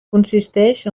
consistix